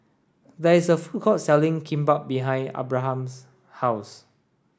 there is a food court selling Kimbap behind Abraham's house